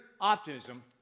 optimism